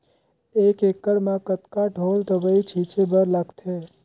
एक एकड़ म कतका ढोल दवई छीचे बर लगथे?